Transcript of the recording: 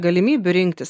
galimybių rinktis